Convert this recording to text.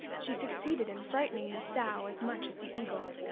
she succeeded in frightening the sow as much as the eagle.